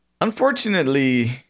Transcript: Unfortunately